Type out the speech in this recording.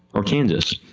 or kansas?